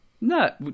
No